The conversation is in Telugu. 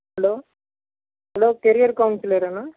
hello hello career కౌన్సలరేనా